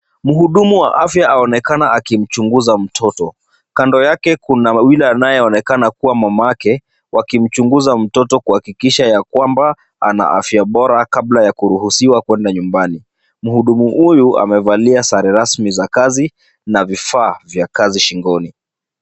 Mhudumu wa afya aonekana akimchunguza mtoto, kando yake kuna yule anayeonekana kuwa mamake, wakimchunguza mtoto kuhakikisha kwamba ana afya bora kabla ya kuruhusiwa kwenda nyumbani. Mhudumu huyu amevalia sare rasmi za kazi na vifaa vya kazi shingoni.